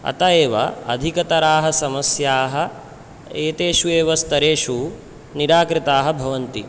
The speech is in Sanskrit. अत एव अधिकतराः समस्याः एतेषु एव स्तरेषु निराकृताः भवन्ति